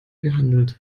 gehandelt